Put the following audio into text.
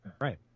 Right